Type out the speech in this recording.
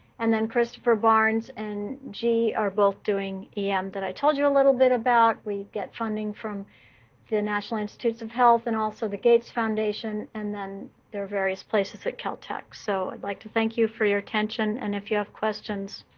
and then christopher barnes and zhi are both doing em that i told you a little bit about. we get funding from the national institutes of health and also the gates foundation, and then there are various places at caltech. so i'd like to thank you for your attention. and if you have questions,